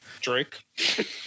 Drake